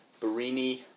Barini